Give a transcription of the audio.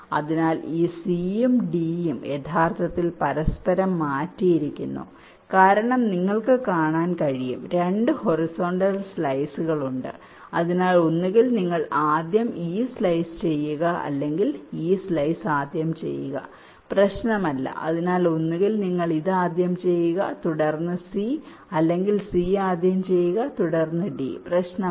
അതിനാൽ ഈ c യും d യും യഥാർത്ഥത്തിൽ പരസ്പരം മാറ്റിയിരിക്കുന്നു കാരണം നിങ്ങൾക്ക് കാണാൻ കഴിയും 2 ഹൊറിസോണ്ടൽ സ്ലൈസുകൾ ഉണ്ട് അതിനാൽ ഒന്നുകിൽ നിങ്ങൾ ആദ്യം ഈ സ്ലൈസ് ചെയ്യുക അല്ലെങ്കിൽ ഈ സ്ലൈസ് ആദ്യം ചെയ്യുക പ്രശ്നമല്ല അതിനാൽ ഒന്നുകിൽ നിങ്ങൾ ഇത് ആദ്യം ചെയ്യുക തുടർന്ന് സി അല്ലെങ്കിൽ സി ആദ്യം ചെയ്യുക തുടർന്ന് ഡി പ്രശ്നമല്ല